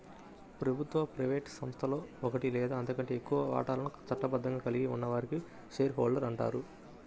ప్రభుత్వ, ప్రైవేట్ సంస్థలో ఒకటి లేదా అంతకంటే ఎక్కువ వాటాలను చట్టబద్ధంగా కలిగి ఉన్న వారిని షేర్ హోల్డర్ అంటారు